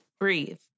Breathe